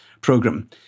program